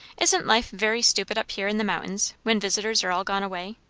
isn't life very stupid up here in the mountains, when visitors are all gone away?